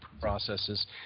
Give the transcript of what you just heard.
processes